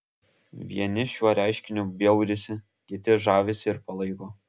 vieni šiuo reiškiniu bjaurisi kiti žavisi ir palaiko